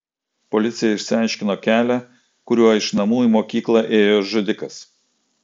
policija išsiaiškino kelią kuriuo iš namų į mokyklą ėjo žudikas